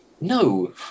no